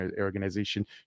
Organization